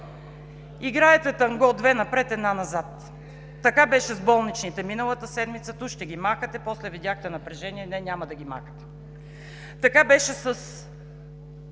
Играете танго – две напред, една назад. Така беше с болничните миналата седмица – ту ще ги махате, после видяхте напрежение – не, няма да ги махате. Така беше с